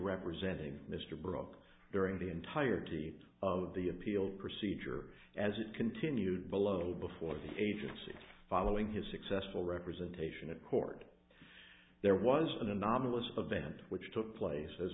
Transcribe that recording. representing mr brock during the entirety of the appeal procedure as it continued below before the agency following his successful representation accord there was an anomalous a vent which took place as